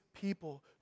people